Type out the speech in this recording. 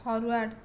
forward